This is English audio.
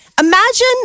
imagine